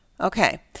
Okay